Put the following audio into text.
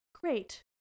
Great